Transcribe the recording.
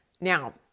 Now